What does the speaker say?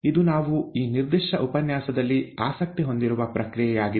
ಇದು ನಾವು ಈ ನಿರ್ದಿಷ್ಟ ಉಪನ್ಯಾಸದಲ್ಲಿ ಆಸಕ್ತಿ ಹೊಂದಿರುವ ಪ್ರಕ್ರಿಯೆಯಾಗಿದೆ